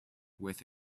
with